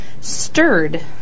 Stirred